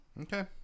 Okay